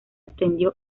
extendió